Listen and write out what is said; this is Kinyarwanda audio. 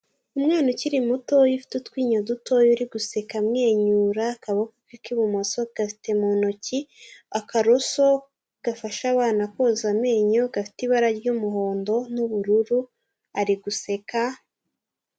Umwana ukiri mutoya, ufite utwinyo dutoya, uri guseka amwenyura, akaboko ke k'ibumoso agafite mu ntoki, akaroso gafasha abana koza amenyo, gafite ibara ry'umuhondo n'ubururu ari guseka